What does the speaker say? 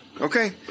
Okay